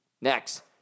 Next